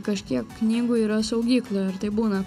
kažkiek knygų yra saugykloj ar taip būna kad